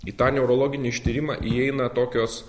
į tą neurologinį ištyrimą įeina tokios